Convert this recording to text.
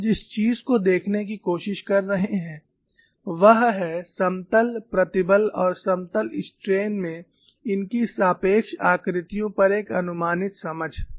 अब हम जिस चीज को देखने की कोशिश कर रहे हैं वह है समतल प्रतिबल और समतल स्ट्रेन में इनकी सापेक्ष आकृतियों पर एक अनुमानित समझ